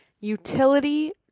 Utility